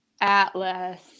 Atlas